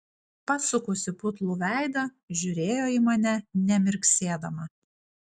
pasukusi putlų veidą žiūrėjo į mane nemirksėdama